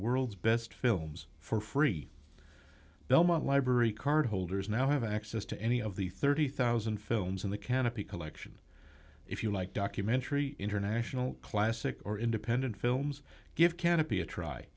world's best films for free belmont library card holders now have access to any of the thirty thousand films in the canopy collection if you like documentary international classic or independent films give